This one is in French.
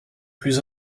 plus